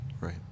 Right